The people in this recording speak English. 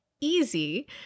easy